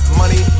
money